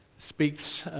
speaks